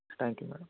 thank you madam